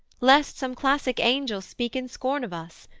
lest some classic angel speak in scorn of us,